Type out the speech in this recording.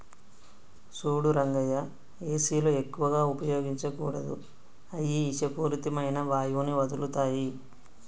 సూడు రంగయ్య ఏసీలు ఎక్కువగా ఉపయోగించకూడదు అయ్యి ఇషపూరితమైన వాయువుని వదులుతాయి